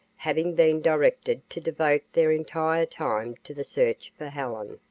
having been directed to devote their entire time to the search for helen.